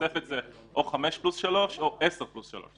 התוספת היא חמש פלוס שלוש או עשר פלוס שלוש,